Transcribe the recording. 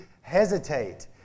hesitate